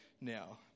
now